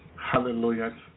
Hallelujah